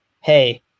Hey